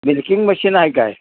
milking machine आहे काय